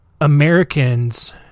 Americans